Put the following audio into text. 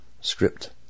script